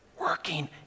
working